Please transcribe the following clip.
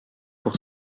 pour